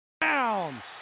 down